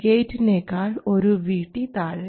ഗേറ്റിനെക്കാൾ ഒരു VT താഴെ